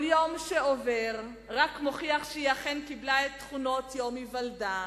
כל יום שעובר רק מוכיח שהיא אכן קיבלה את תכונות יום היוולדה.